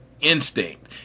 instinct